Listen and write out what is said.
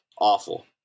Awful